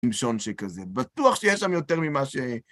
שמשון שכזה, בטוח שיש שם יותר ממה ש...